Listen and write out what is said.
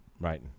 Right